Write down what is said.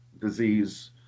disease